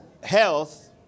health